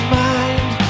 mind